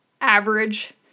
average